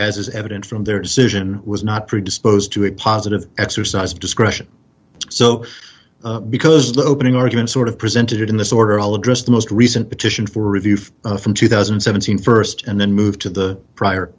is evident from their decision was not predisposed to a positive exercise discretion so because the opening arguments sort of presented in this order all address the most recent petition for review from two thousand and seventeen st and then moved to the prior